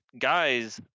guys